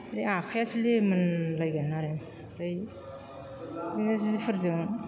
ओमफ्राय आखाइआसो लिमोनलायगोन आरो ओमफ्राय बिदिनो जिफोरजों